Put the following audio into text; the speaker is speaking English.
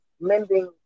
mending